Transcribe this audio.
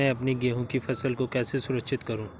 मैं अपनी गेहूँ की फसल को कैसे सुरक्षित करूँ?